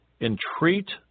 Entreat